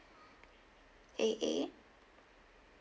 A A